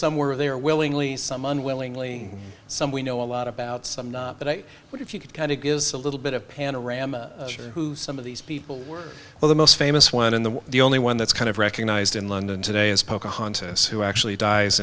some were there willingly some unwillingly some we know a lot about some but i would if you could kind of gives a little bit of panorama who some of these people were well the most famous one in the the only one that's kind of recognized in london today is pocahontas who actually dies